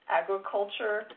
agriculture